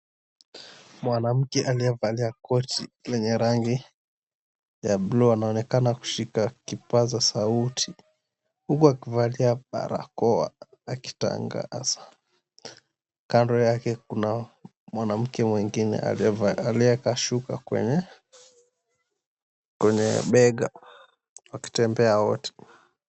Mwanamke aliyevalia koti lenye rangi ya buluu anaonekana kushika kipaza sauti, huku akivalia barakoa akitangaza. Kando yake kuna mwanamke mwingine aliyeweka shuka kwenye bega, wakitembea wote.